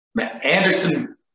Anderson